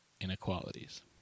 inequalities